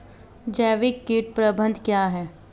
जैविक कीट प्रबंधन क्या है?